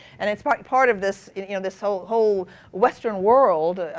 and it's part part of this you know this whole whole western world